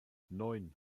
neun